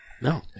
No